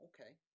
okay